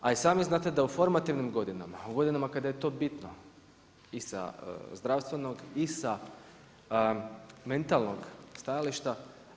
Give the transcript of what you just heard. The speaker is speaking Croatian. A i sami znate da u formativnim godinama, u godinama kada je to bitno i sa zdravstvenog i sa mentalnog stajališta.